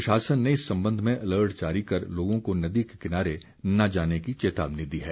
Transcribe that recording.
प्रशासन ने इस संबंध में अलर्ट जारी कर लोगों को नदी के किनारे न जाने की चेतावनी दी है